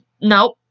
nope